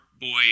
boy